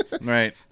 Right